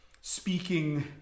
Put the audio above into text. Speaking